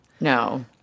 No